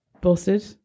busted